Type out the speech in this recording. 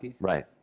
Right